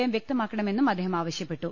M വൃക്തമാക്കണ മെന്നും അദ്ദേഹം ആവശ്യപ്പെട്ടു